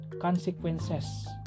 consequences